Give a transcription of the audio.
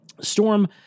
Storm